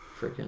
freaking